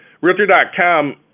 Realtor.com